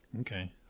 Okay